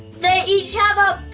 they each have a bow